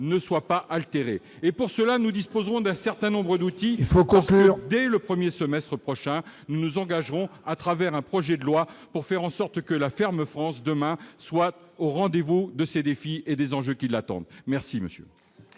ne soit pas altéré et pour cela, nous disposons d'un certain nombre d'outils, il faut commencer dès le 1er semestre prochain, nous nous engageons à travers un projet de loi pour faire en sorte que la ferme France demain soir au rendez-vous de ces défis et des enjeux qui l'attendent, merci monsieur.